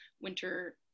winter